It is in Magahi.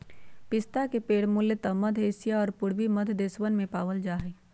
पिस्ता के पेड़ मूलतः मध्य एशिया और पूर्वी मध्य देशवन में पावल जा हई